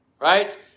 right